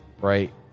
Right